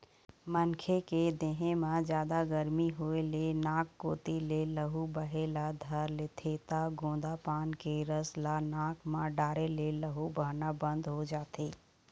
मनखे के देहे म जादा गरमी होए ले नाक कोती ले लहू बहे ल धर लेथे त गोंदा पाना के रस ल नाक म डारे ले लहू बहना बंद हो जाथे